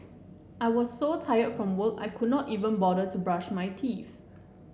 I was so tired from work I could not even bother to brush my teeth